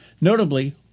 Notably